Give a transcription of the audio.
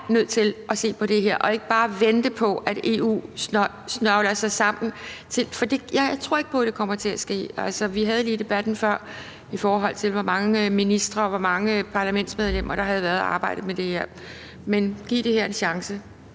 nødt til at se på det her og ikke bare vente på, at EU snøvler sig færdig, for jeg tror ikke på, at det kommer til at ske. Altså, vi havde lige før debatten, i forhold til hvor mange ministre og hvor mange parlamentsmedlemmer der har været, og som har arbejdet med det her. Men giv det her en chance.